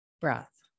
breath